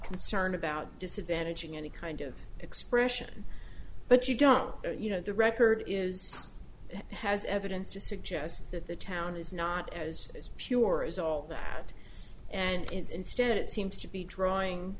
concern about disadvantaging any kind of expression but you don't you know the record is has evidence to suggest that the town is not as pure as all that and is instead it seems to be drawing